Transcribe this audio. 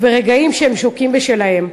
ורגעים שהם שוקעים בשלהם.